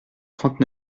trente